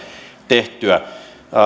tehtyä